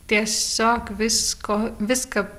tiesiog visko viską